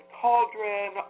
cauldron